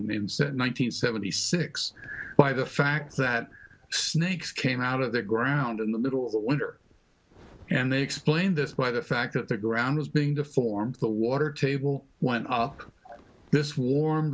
hundred seventy six why the fact that snakes came out of the ground in the middle of the winter and they explained this by the fact that the ground was being to form the water table went up this warm